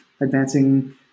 advancing